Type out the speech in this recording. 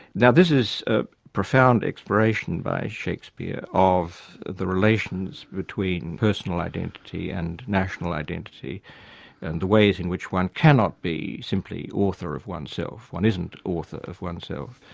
now, this is a profound exploration by shakespeare of the relations between personal identity and national identity and the ways in which one cannot be simply author of oneself one isn't author of oneself.